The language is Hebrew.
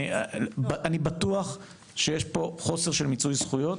אני בטוח שיש פה חוסר של מיצוי זכויות,